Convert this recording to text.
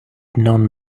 non